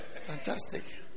Fantastic